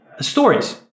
Stories